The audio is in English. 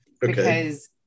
because-